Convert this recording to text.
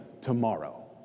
tomorrow